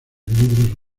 libros